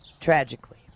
Tragically